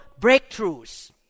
breakthroughs